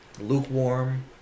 lukewarm